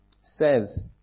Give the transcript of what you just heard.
says